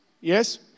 Yes